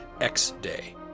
X-Day